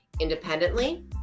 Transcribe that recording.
independently